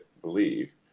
believe